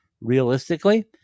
realistically